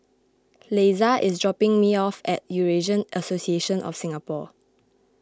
Leisa is dropping me off at Eurasian Association of Singapore